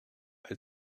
elle